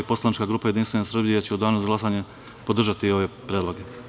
Poslanička grupa Jedinstvene Srbije će u danu za glasanje podržati ove predloge.